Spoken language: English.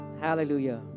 Hallelujah